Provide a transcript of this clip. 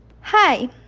Hi